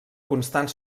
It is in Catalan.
constant